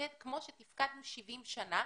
נתפקד כמו שתפקדנו 70 שנה,